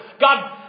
God